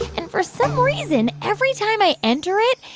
and for some reason, every time i enter it,